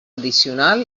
addicional